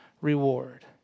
reward